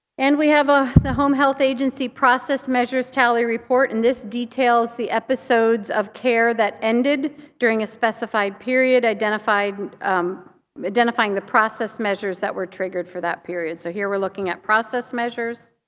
and we have ah the home health agency process measures tally report. and this details the episodes of care that ended during a specified period identifying um identifying the process measures that were triggered for that period. so here we're looking at process measures.